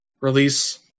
release